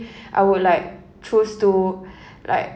I would like choose to like